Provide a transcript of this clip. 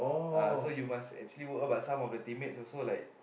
uh so you must actually what but some of the team mate also like